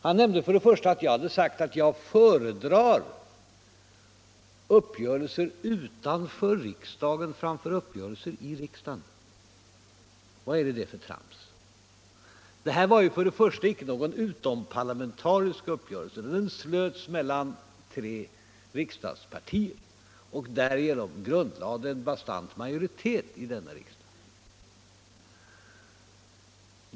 Han nämnde för det första att jag hade sagt att jag föredrar uppgörelser utanför riksdagen framför uppgörelser i riksdagen. Vad är det för trams? Detta var icke någon utomparlamentarisk uppgörelse. Den slöts mellan tre riksdagspartier och grundlade därigenom en bastant majoritet i denna riksdag.